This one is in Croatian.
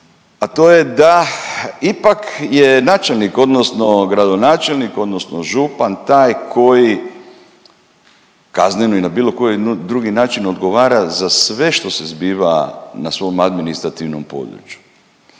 a to je da ipak je načelnik odnosno gradonačelnik, odnosno župan taj koji kazneno ili na bilo koji drugi način odgovara za sve što se zbiva na svom administrativnom području.